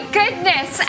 goodness